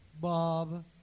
Bob